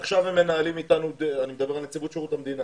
עכשיו הם מנהלים אתנו אני מדבר על נציבות שירות המדינה